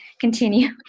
continue